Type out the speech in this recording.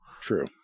true